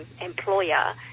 employer